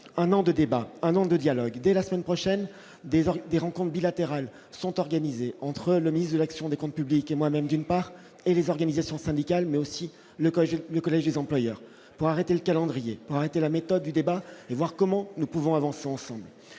un an de débats un an de dialogue dès la semaine prochaine, désormais des rencontre bilatérale sont organisées entre le ministre de l'action des comptes publics et moi-même, d'une part, et les organisations syndicales, mais aussi le collège, le collège des employeurs pour arrêter le calendrier arrêté la méthode du débat et voir comment nous pouvons avancer ensemble